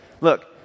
Look